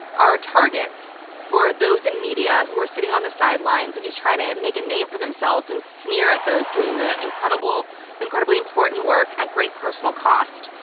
are targets for those in media who are sitting on the sidelines and just trying to make a name for themselves and sneer at those doing the incredibly incredibly important work at great personal cost.